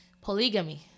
polygamy